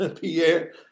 Pierre